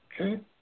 Okay